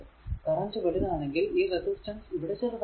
current വലുതാണെൽ ഈ resistance ഇവിടെ ചെറുതായിരിക്കും